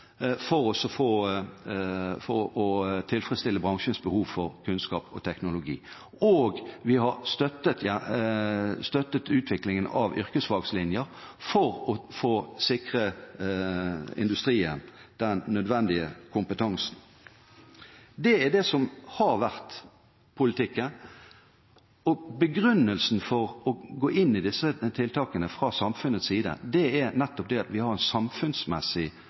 beveger oss nordover enn det vi har gjort tidligere. Vi har også bevilget og tatt initiativ til forsknings- og utviklingsprogrammer for å tilfredsstille bransjens behov for kunnskap og teknologi. Og vi har støttet utviklingen av yrkesfaglinjer for å få sikret industrien den nødvendige kompetansen. Det er det som har vært politikken. Begrunnelsen for å gå inn i disse tiltakene fra samfunnets side, er nettopp at vi har en